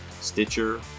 Stitcher